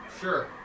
Sure